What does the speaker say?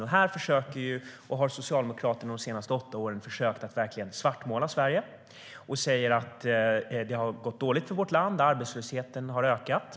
Socialdemokraterna har under de senaste åtta åren försökt att verkligen svartmåla Sverige. De säger att det har gått dåligt för vårt land. Arbetslösheten har ökat.